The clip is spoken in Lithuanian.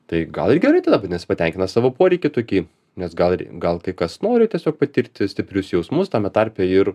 tai gal ir gerai tada vadinas patenkina savo poreikį tokį nes gal ir gal kai kas nori tiesiog patirti stiprius jausmus tame tarpe ir